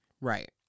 Right